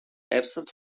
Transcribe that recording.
absent